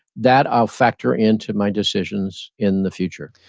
that i'll factor into my decisions in the future.